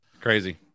Crazy